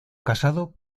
casado